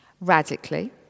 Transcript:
Radically